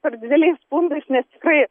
per dideliais pundais nes tikrai